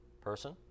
person